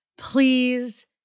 please